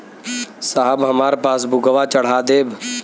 साहब हमार पासबुकवा चढ़ा देब?